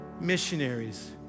Missionaries